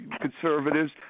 conservatives